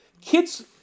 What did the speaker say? kids